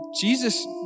Jesus